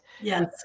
Yes